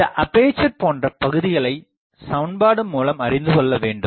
இந்த அப்பேசர் போன்ற பகுதிகளைச் சமன்பாடு மூலம் அறிந்துகொள்ள வேண்டும்